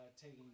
taking